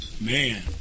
Man